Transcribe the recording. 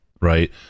Right